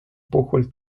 puhul